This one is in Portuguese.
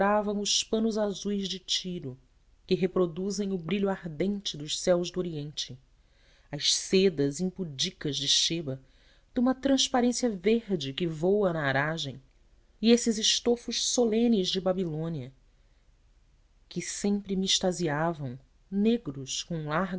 desdobravam os panos azuis de tiro que reproduzem o brilho ardente dos céus do oriente as sedas impudicas de sheba de uma transparência verde que voa na aragem e esses estofos solenes de babilônia que sempre me extasiavam negros com largas